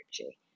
energy